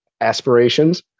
aspirations